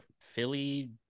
Philly